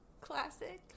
Classic